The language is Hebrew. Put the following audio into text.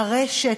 הרשת,